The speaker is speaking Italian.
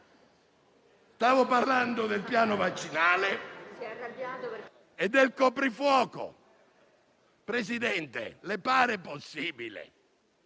Stavo parlando del piano vaccinale e del coprifuoco. Signor Presidente, le pare possibile